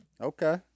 Okay